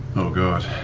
oh god.